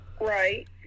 Right